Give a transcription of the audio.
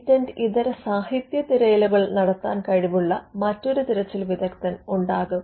patent ഇതര സാഹിത്യ തിരയലുകൾ നടത്താൻ കഴിവുള്ള മറ്റൊരു തിരച്ചിൽ വിദഗ്ദൻ ഉണ്ടാകും